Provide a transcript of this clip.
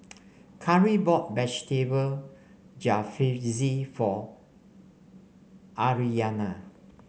Karie bought Vegetable Jalfrezi for Aryanna